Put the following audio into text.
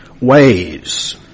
ways